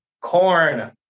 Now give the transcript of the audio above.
corn